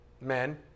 men